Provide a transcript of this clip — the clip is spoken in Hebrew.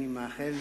אני מאחל